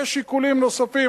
יש שיקולים נוספים,